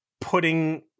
putting